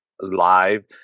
live